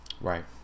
right